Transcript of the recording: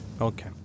Okay